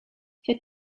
für